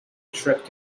trip